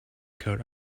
coat